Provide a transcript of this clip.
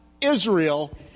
Israel